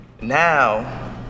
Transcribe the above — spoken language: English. Now